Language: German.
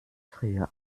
früher